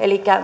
elikkä